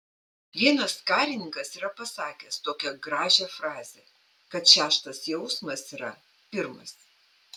vienas karininkas yra pasakęs tokią gražią frazę kad šeštas jausmas yra pirmas